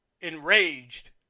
enraged